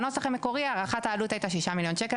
בנוסח המקורי הערכת העלות הייתה שישה מיליון שקל.